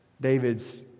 David's